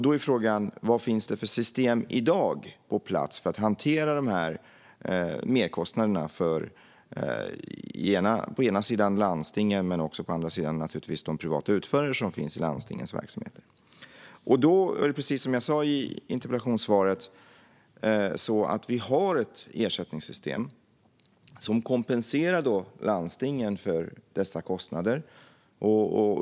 Då är frågan: Vad finns det i dag för system för att hantera merkostnaderna, å ena sidan för landstingen och å andra för de privata utförare som finns i landstingens verksamheter? Precis som jag sa i interpellationssvaret har vi ett ersättningssystem som kompenserar landstingen för dessa kostnader.